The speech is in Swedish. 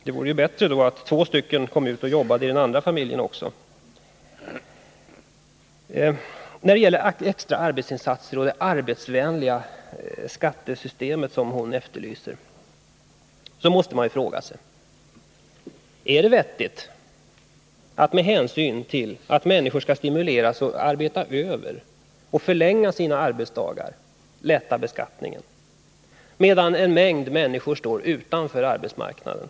Det vore bättre att två stycken kom ut och jobbade i den andra familjen också. När det gäller extra arbetsinsatser och det arbetsvänliga skattesystem som fru Troedsson efterlyser, så måste man fråga sig: Är det vettigt, med hänsyn still att människor skall stimuleras att arbeta över och förlänga sina arbetsdagar, att lindra beskattningen medan en mängd människor står utanför arbetsmarknaden?